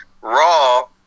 Raw